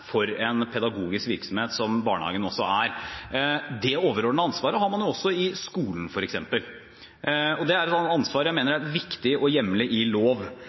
for en pedagogisk virksomhet, som barnehagen også er. Det overordnede ansvaret har man også i skolen, f.eks., og det er et ansvar jeg mener er viktig å hjemle i lov.